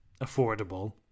affordable